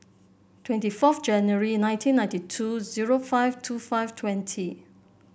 twenty four January nineteen ninety two zero five two five twenty